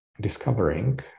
discovering